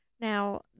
Now